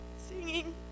singing